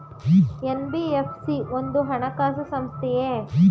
NBFC ಒಂದು ಹಣಕಾಸು ಸಂಸ್ಥೆಯೇ?